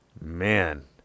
man